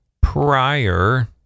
prior